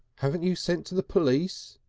haven't you sent to the police?